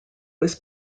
was